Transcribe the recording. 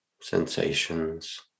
sensations